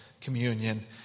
communion